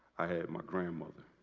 i had my grandmother.